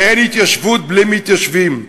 ואין התיישבות בלי מתיישבים.